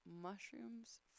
mushrooms